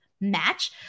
match